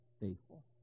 faithful